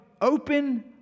open